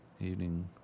Evening